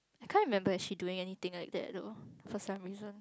I can't remember actually she doing anything like that though for some reason